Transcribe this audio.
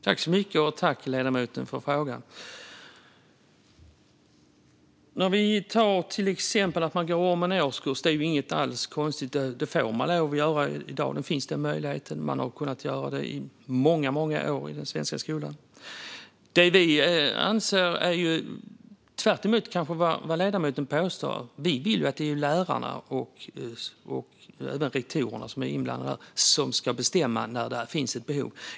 Fru talman! Att man till exempel går om en årskurs är inte alls något konstigt. Det får man lov att göra i dag. Denna möjlighet finns. Det har man kunnat göra i många år i den svenska skolan. Kanske tvärtemot vad ledamoten påstår vill vi att det ska vara lärarna och rektorerna som ska bestämma när det finns ett behov.